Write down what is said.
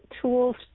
Tools